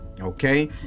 okay